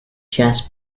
jazz